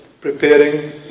preparing